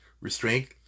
restraint